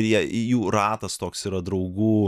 jie jų ratas toks yra draugų